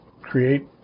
create